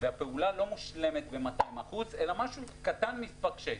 והפעולה לא מושלמת ב-200%, אלא משהו קטן מתפקשש.